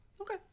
Okay